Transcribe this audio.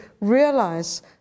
realize